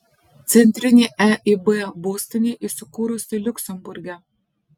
centrinė eib būstinė įsikūrusi liuksemburge